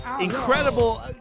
incredible